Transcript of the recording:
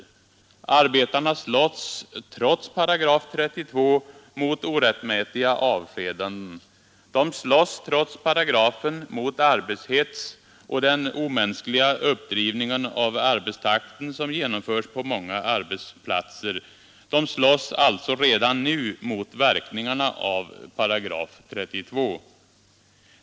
Arbetarna slåss trots § 32 mot orättmätiga avskedanden, de slåss trots paragrafen mot arbetshets och den omänskliga uppdrivning av arbetstakten som genomförts på många arbetsplatser. De slåss alltså redan nu mot verkningarna av § 32.